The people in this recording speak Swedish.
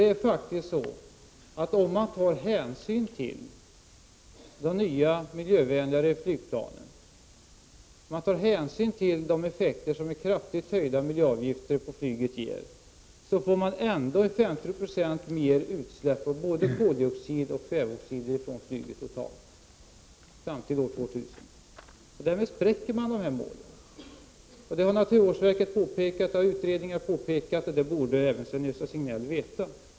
Det är faktiskt så att om man tar hänsyn till de nya, miljövänligare flygplanen och till de effekter som kraftigt höjda miljöavgifter på flyget ger, så får man ändå 50 76 mer utsläpp av både koldioxid och kväveoxider från flyget totalt fram till år 2000. Därmed spräcker man miljömålet. Detta har naturvårdsverket påpekat, det har flera utredningar påtalat och det borde Sven-Gösta Signell veta.